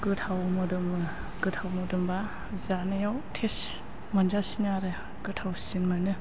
गोथाव मोदोमो गोथाव मोदोमबा जानायाव टेस्ट मोनजासिनो आरो गोथावसिन मोनो